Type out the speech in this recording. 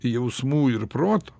jausmų ir proto